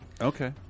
Okay